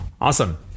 Awesome